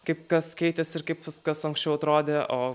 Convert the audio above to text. kaip kas keitėsi ir kaip viskas anksčiau atrodė o